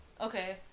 Okay